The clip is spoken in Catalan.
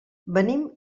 venim